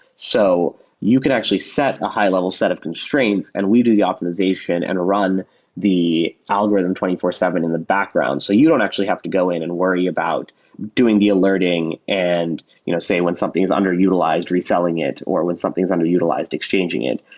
so you can actually set a high-level set of constraints and we do the optimization and run the algorithm two four zero seven in the background. so you don't actually have to go in and worry about doing the alerting and you know say when something is underutilized, reselling it, or when something is underutilized, exchanging it.